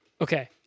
Okay